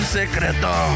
secreto